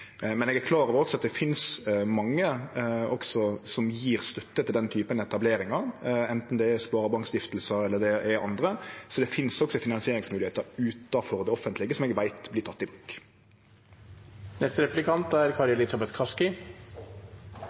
Men eg er klar over at det finst mange som gjev støtte til den typen etableringar, anten det er Sparebankstiftelsen eller andre. Så det finst også finansieringsmoglegheiter utanfor det offentlege, som eg veit vert tekne i bruk. Det er